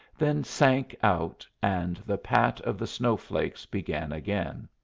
then sank out, and the pat of the snow-flakes began again.